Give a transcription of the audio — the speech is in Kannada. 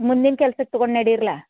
ಮುಂದಿನ ಕೆಲ್ಸಕ್ಕೆ ತಗೊಂಡು ನಡಿರ್ಲಾ